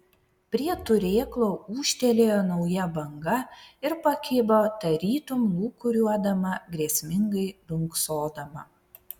prie turėklo ūžtelėjo nauja banga ir pakibo tarytum lūkuriuodama grėsmingai dunksodama